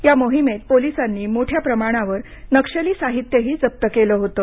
या मोहिमेत पोलिसांनी मोठ्या प्रमाणावर नक्षली साहित्यही जप्त केलं होतं